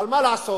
אבל מה לעשות,